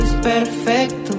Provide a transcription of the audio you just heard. perfecto